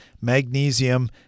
magnesium